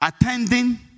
attending